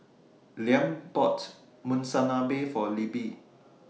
Liam bought Monsunabe For Libby